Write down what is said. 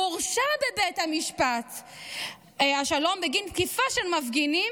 הוא הורשע בבית משפט השלום בגין תקיפה של מפגינים